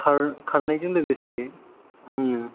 खारनायजों लोगोले आङो